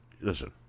listen